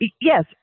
yes